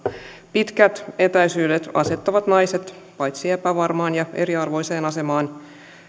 pitkät etäisyydet asettavat naiset epävarmaan ja eriarvoiseen asemaan